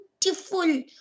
beautiful